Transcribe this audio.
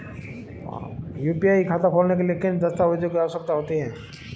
UPI खाता खोलने के लिए किन दस्तावेज़ों की आवश्यकता होती है?